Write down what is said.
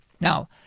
Now